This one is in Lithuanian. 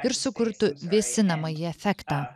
ir sukurtų vėsinamąjį efektą